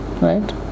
Right